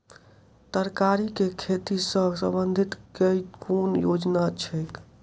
तरकारी केँ खेती सऽ संबंधित केँ कुन योजना छैक?